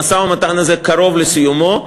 המשא-ומתן הזה קרוב לסיומו.